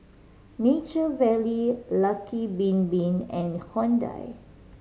Nature Valley Lucky Bin Bin and Hyundai